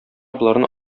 боларны